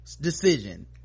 decision